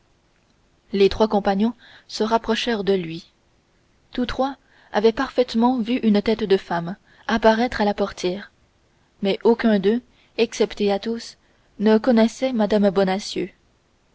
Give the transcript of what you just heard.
les trois compagnons se rapprochèrent de lui tous trois avaient parfaitement vu une tête de femme apparaître à la portière mais aucun d'eux excepté athos ne connaissait mme bonacieux